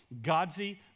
Godsey